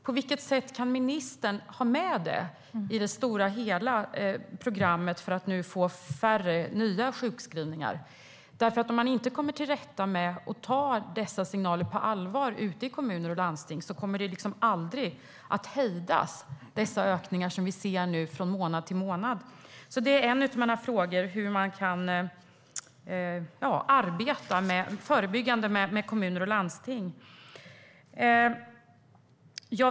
På vilket sätt kan ministern ha med det i det stora programmet för att få färre nya sjukskrivningar? Om man inte kommer till rätta med och tar dessa signaler på allvar ute i kommuner och landsting kommer de ökningar som vi ser nu från månad till månad liksom aldrig att hejdas. En av mina frågor är alltså hur man kan arbeta förebyggande med kommuner och landsting.